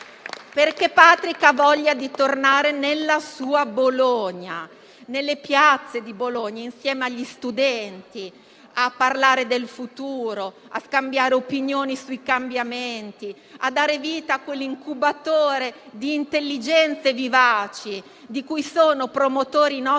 Patrick ha voglia di tornare nella sua Bologna, nelle piazze di Bologna, insieme agli studenti, a parlare del futuro, a scambiare opinioni sui cambiamenti, a dare vita a quell'incubatore di intelligenze vivaci di cui sono promotori i nostri